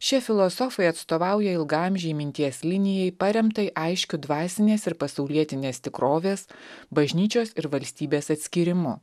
šie filosofai atstovauja ilgaamžei minties linijai paremtai aiškiu dvasinės ir pasaulietinės tikrovės bažnyčios ir valstybės atskyrimu